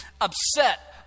upset